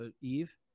Eve